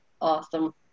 awesome